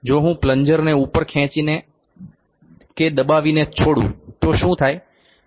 જો હું પ્લન્જરને ઉપર ખેંચીને કે દબાવીને છોડું તો શું થાય